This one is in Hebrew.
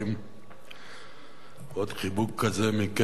עוד חיבוק כזה מכצל'ה,